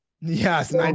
Yes